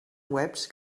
webs